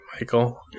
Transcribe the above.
Michael